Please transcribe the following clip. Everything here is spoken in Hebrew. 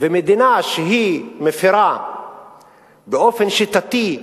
מדינה שמפירה באופן שיטתי,